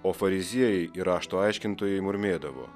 o fariziejai ir rašto aiškintojai murmėdavo